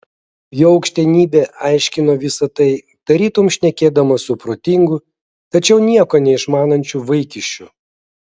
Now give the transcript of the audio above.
jo aukštenybė aiškino visa tai tarytum šnekėdamas su protingu tačiau nieko neišmanančiu vaikiščiu